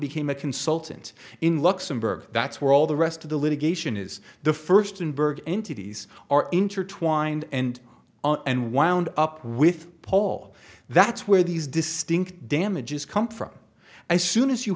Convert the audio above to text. became a consultant in luxemburg that's where all the rest of the litigation is the first and berg entities are intertwined and and wound up with paul that's where these distinct damages come from i soon as you